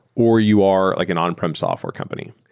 or you are like an on-prem software company.